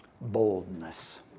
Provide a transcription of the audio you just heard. Boldness